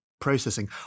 processing